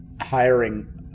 hiring